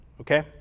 okay